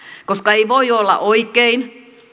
koska ei voi olla oikein